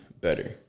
better